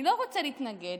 אני לא רוצה להתנגד,